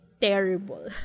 terrible